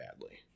badly